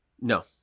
No